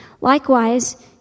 Likewise